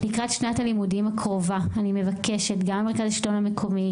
לקראת שנת הלימודים הקרובה אני מבקשת גם מהמרכז לשלטון מקומי,